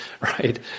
Right